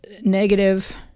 negative